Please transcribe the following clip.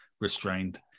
Restrained